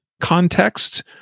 context